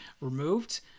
removed